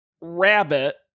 rabbit